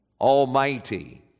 almighty